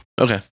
Okay